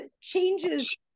changes